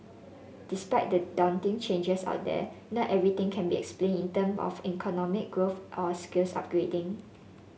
despite the daunting changes out there not everything can be explained in term of economic growth or skills upgrading